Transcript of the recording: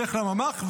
ילך לממ"ח,